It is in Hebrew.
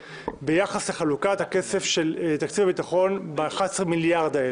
חלוקת הכסף של תקציב הביטחון ב-11 מיליארד.